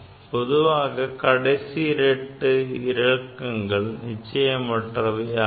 பொதுவாக கடைசி இரண்டு இலக்கங்கள் நிச்சயமற்றவை ஆகும்